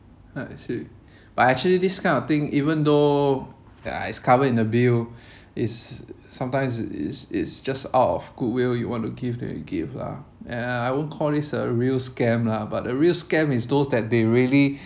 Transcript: I see but actually this kind of thing even though ya it's covered in the bill it's sometimes it's it's just out of goodwill you want to give then you give lah and I won't call this a real scam lah but the real scam is those that they really